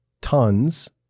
tons